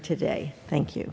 today thank you